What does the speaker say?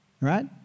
right